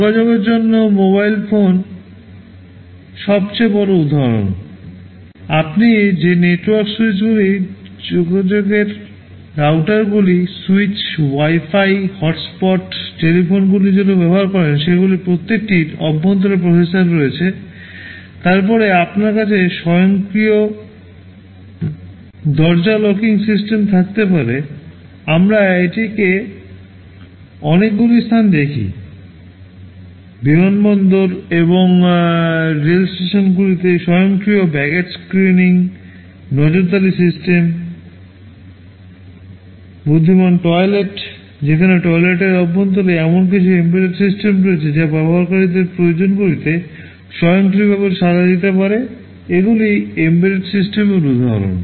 যোগাযোগের জন্য mobile phone সবচেয়ে বড় উদাহরণ আপনি যে নেটওয়ার্ক স্যুইচগুলি যোগাযোগের রাউটারগুলি স্যুইচ ওয়াই ফাই হটস্পটস টেলিফোনগুলির জন্য ব্যবহার করেন সেগুলির প্রত্যেকটির অভ্যন্তরে প্রসেসর রয়েছে তারপরে আপনার কাছে স্বয়ংক্রিয় দরজা লকিং সিস্টেম থাকতে পারে আমরা এটিকে অনেকগুলি স্থান দেখি বিমানবন্দর এবং রেল স্টেশনগুলিতে স্বয়ংক্রিয় ব্যাগেজ স্ক্রিনিং নজরদারি সিস্টেম বুদ্ধিমান টয়লেট যেখানে টয়লেটের অভ্যন্তরে এমন কিছু এমবেডেড সিস্টেম রয়েছে যা ব্যবহারকারীদের প্রয়োজনগুলিতে স্বয়ংক্রিয়ভাবে সাড়া দিতে পারে এগুলি এমবেডেড সিস্টেমের উদাহরণ